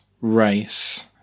race